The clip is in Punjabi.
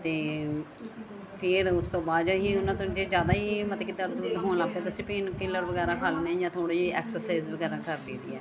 ਅਤੇ ਫਿਰ ਉਸ ਤੋਂ ਬਾਅਦ ਜੇ ਅਸੀਂ ਉਨ੍ਹਾਂ ਤੋਂ ਜੇ ਜ਼ਿਆਦਾ ਹੀ ਮਤ ਕ ਹੋਣ ਲੱਗ ਪਵੇ ਤਾਂ ਅਸੀਂ ਪੇਨ ਕਿਲਰ ਵਗੈਰਾ ਖਾ ਲੈਂਦੇ ਜਾਂ ਥੋੜ੍ਹੀ ਜਿਹੀ ਐਕਸਰਸਾਈਜ਼ ਵਗੈਰਾ ਕਰ ਲਈ ਦੀ ਹੈ